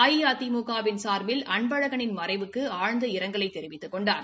அஇஅதிமுகவின் சார்பில் அன்பழகளின் மறவுக்கு ஆழ்ந்த இரங்கலை தெரிவித்துக் கொண்டார்